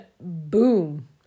boom